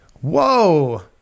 Whoa